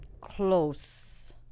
close